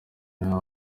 nta